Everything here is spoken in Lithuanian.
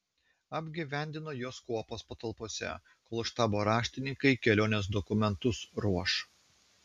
apgyvendino juos kuopos patalpose kol štabo raštininkai kelionės dokumentus ruoš